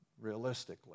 realistically